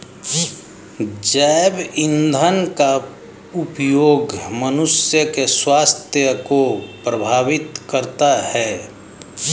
जैव ईंधन का उपयोग मनुष्य के स्वास्थ्य को प्रभावित करता है